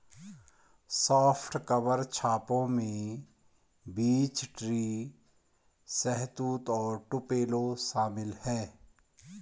soft cover छापों में beech tree, शहतूत और टुपेलो शामिल है